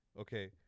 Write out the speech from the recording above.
Okay